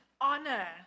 honor